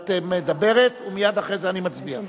את מדברת ומייד אחרי זה נצביע.